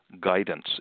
guidance